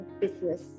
business